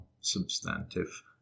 substantive